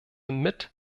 mit